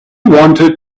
wanted